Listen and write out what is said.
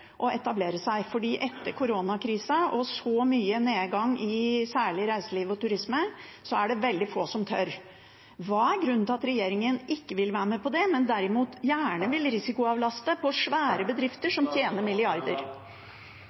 å etablere seg. For etter koronakrisen og så stor nedgang i særlig reiseliv og turisme er det veldig få som tør. Hva er grunnen til at regjeringen ikke vil være med på det, men derimot gjerne vil risikoavlaste svære bedrifter som